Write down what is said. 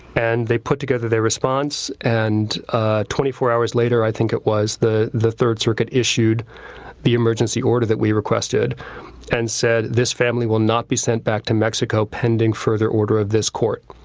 and they put together their response and ah twenty four hours later, i think it was the the third circuit issued the emergency order that we requested and said, this family will not be sent back to mexico pending further order of this court.